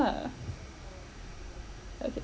okay